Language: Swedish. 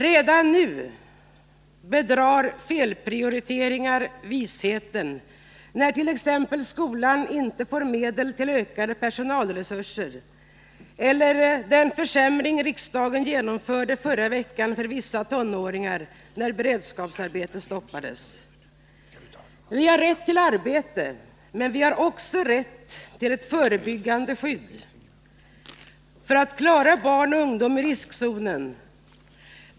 Redan nu bedrar felprioriteringar visheten, t.ex. när skolan inte får medel till utökade personalresurser eller den försämring riksdagen genomförde förra veckan för vissa tonåringar, när beredskapsarbeten stoppades. Vi har rätt till arbete, men vi har också rätt till ett förebyggande skydd för att klara barn och ungdom i riskzonen.